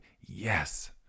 Yes